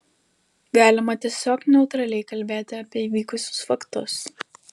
galima tiesiog neutraliai kalbėti apie įvykusius faktus